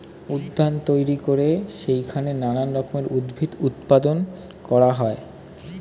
উদ্যানে তৈরি করে সেইখানে নানান রকমের উদ্ভিদ উৎপাদন করা হয়